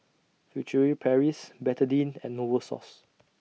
Furtere Paris Betadine and Novosource